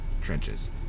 trenches